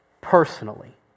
personally